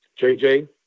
JJ